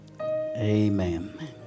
Amen